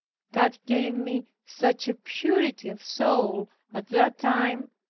god gave me such a purity of soul at that time,